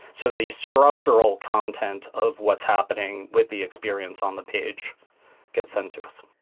so the structural content of what's happening with the experience on the page gets sent to us.